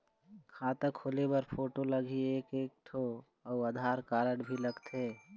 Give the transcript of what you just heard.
खाता खोले बर फोटो लगही एक एक ठो अउ आधार कारड भी लगथे?